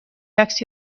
عکسی